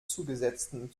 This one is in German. zugesetzten